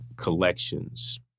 collections